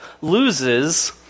loses